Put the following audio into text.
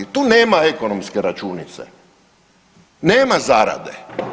Tu nema ekonomske računice, nema zarade.